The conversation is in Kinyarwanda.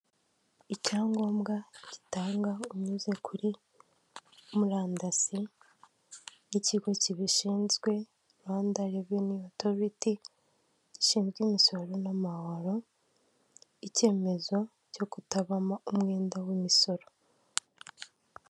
Icyangombwa gitangwa unyuze kuri murandasi n'ikigo kibishinzwe Rwanda reveni otoriti gishinzwe imisoro n'amahoro. Icyemezo cyo kutabamo umwenda w'imisoro.